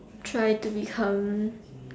try to become